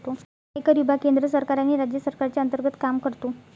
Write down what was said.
आयकर विभाग केंद्र सरकार आणि राज्य सरकारच्या अंतर्गत काम करतो